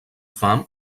femme